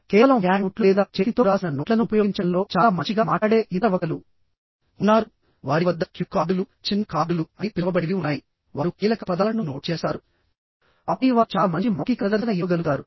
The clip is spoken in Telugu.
కేవలం హ్యాండ్అవుట్లు లేదా చేతితో వ్రాసిన నోట్లను ఉపయోగించడంలో చాలా మంచిగా మాట్లాడే ఇతర వక్తలు ఉన్నారు వారి వద్ద క్యూ కార్డులు చిన్న కార్డులు అని పిలవబడేవి ఉన్నాయి వారు కీలక పదాలను నోట్ చేస్తారు ఆపై వారు చాలా మంచి మౌఖిక ప్రదర్శన ఇవ్వగలుగుతారు